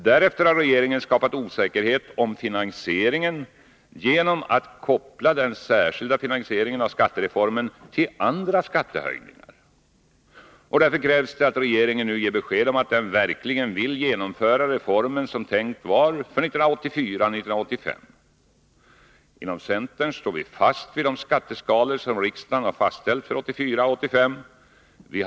Därefter har regeringen skapat osäkerhet om finansieringen genom att koppla den särskilda finansieringen av skattereformen till andra skattehöjningar. Det krävs därför att regeringen nu ger besked om den verkligen vill genomföra reformen som tänkt för 1984 och 1985. Vi i centern står fast vid de skatteskalor som riksdagen har fastställt för 1984 och 1985.